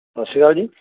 ਸਤਿ ਸ਼੍ਰੀ ਅਕਾਲ ਜੀ